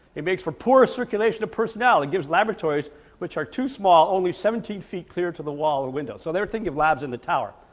it makes for poor circulation of personnel and it gives laboratories which are too small only seventeen feet clear to the wall or window. so they were thinking of labs in the tower.